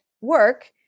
work